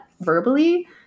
verbally